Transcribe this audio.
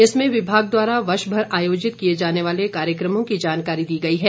इसमें विभाग द्वारा वर्ष भर आयोजित किए जाने वाले कार्यक्रमों की जानकारी दी गई है